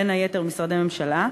בין היתר משרדי ממשלה,